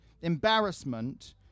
embarrassment